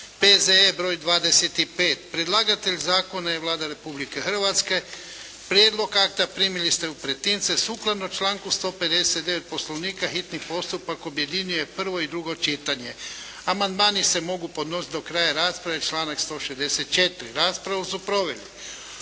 P.Z.E. br. 25 Predlagatelj Zakona je Vlada Republike Hrvatske. Prijedlog akta primili ste u pretince. Sukladno članku 159. Poslovnika hitni postupak objedinjuje prvo i drugo čitanje. Amandmani se mogu podnositi do kraja rasprave, članak 164. Raspravu su proveli: